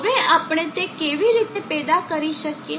હવે આપણે તે કેવી રીતે પેદા કરી શકીએ